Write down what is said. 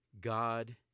God